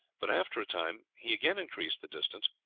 but after a time he again increased the distance,